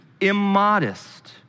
immodest